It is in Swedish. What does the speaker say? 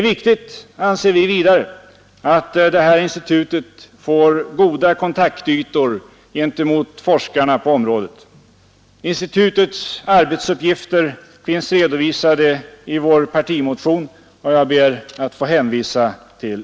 Vi anser vidare att det är viktigt att detta institut får goda kontaktytor gentemot forskarna på området. Institutets arbetsuppgifter finns redovisade i vår partimotion, som jag ber att få hänvisa till.